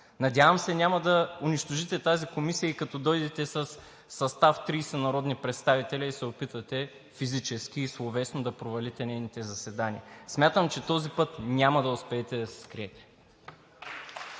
Надявам се, че няма да унищожите тази комисия като дойдете в състав от 30 народни представители и се опитате физически и словесно да провалите нейните заседания. Смятам, че този път няма да успеете да се скриете!